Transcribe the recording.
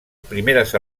primeres